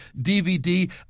DVD